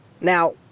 Now